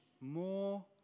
more